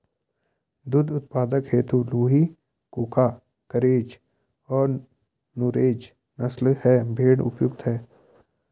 दुग्ध उत्पादन हेतु लूही, कूका, गरेज और नुरेज नस्ल के भेंड़ उपयुक्त है